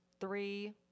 three